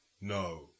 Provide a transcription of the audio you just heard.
No